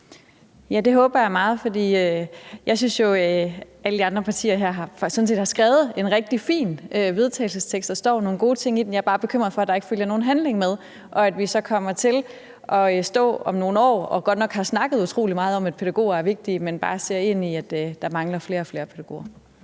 Det håber jeg meget, for jeg synes jo, at alle de andre partier sådan set har skrevet en rigtig fin vedtagelsestekst, der står nogle gode ting i den. Men jeg er bare bekymret for, at der ikke følger nogen handling med, og at vi så kommer til at stå om nogle år og godt nok har snakket utrolig meget om, at pædagoger er vigtige, men bare ser ind i, at der mangler flere og flere pædagoger.